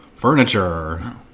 Furniture